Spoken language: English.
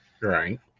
Right